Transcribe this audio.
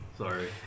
Sorry